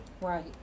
Right